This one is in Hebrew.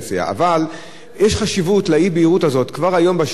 כבר היום בשטח רוצים לדעת האם באמת במידה